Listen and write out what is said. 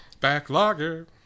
Backlogger